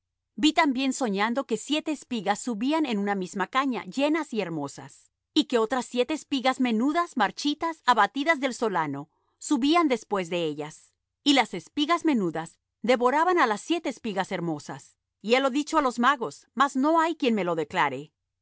vi también soñando que siete espigas subían en una misma caña llenas y hermosas y que otras siete espigas menudas marchitas abatidas del solano subían después de ellas y las espigas menudas devoraban á las siete espigas hermosas y helo dicho á los magos mas no hay quien me lo declare